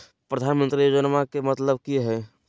प्रधानमंत्री योजनामा के मतलब कि हय?